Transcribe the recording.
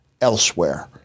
elsewhere